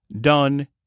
done